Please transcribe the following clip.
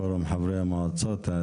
פורום חברי המועצות.